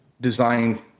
design